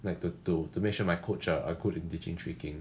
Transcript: like to to to make sure my coach ah are good in teaching tricking